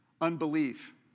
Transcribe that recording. unbelief